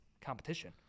competition